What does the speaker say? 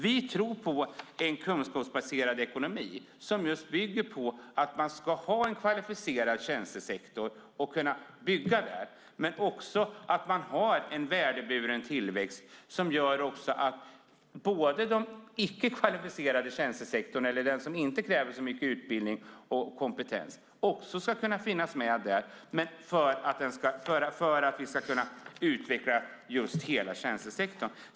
Vi tror på en kunskapsbaserad ekonomi som just bygger på att man ska ha en kvalificerad tjänstesektor som kan utvecklas, men också på en värdeburen tillväxt som gör att den icke-kvalificerade tjänstesektorn, den som inte kräver så mycket utbildning och kompetens, ska kunna finnas med så att vi kan utveckla hela tjänstesektorn.